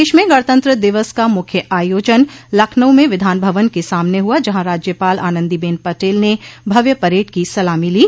प्रदेश में गणतंत्र दिवस का मुख्य आयोजन लखनऊ में विधान भवन के सामने हुआ जहाँ राज्यपाल आनन्दीबेन पटेल ने भव्य परेड की सलामी ली